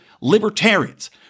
libertarians